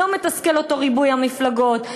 לא מתסכל אותו ריבוי המפלגות.